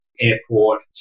airport